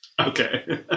Okay